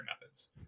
methods